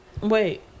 Wait